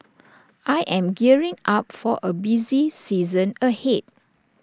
I am gearing up for A busy season ahead